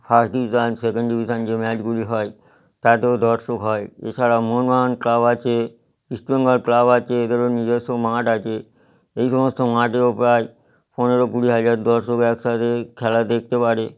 first division second division যে ম্যাচগুলি হয় তাতেও দর্শক হয় এছাড়া মোহনবাগান ক্লাব আছে ইস্ট বেঙ্গল ক্লাব আছে এদেরও নিজস্ব মাঠ আছে এই সমস্ত মাঠেও প্রায় পনেরো কুড়ি হাজার দর্শক একসাথে খেলা দেখতে পারে